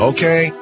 Okay